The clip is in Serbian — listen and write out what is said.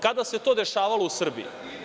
Kada se to dešavalo u Srbiji?